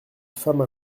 femme